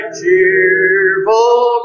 cheerful